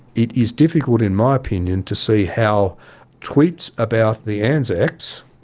it is difficult, in my opinion, to see how tweets about the anzacs,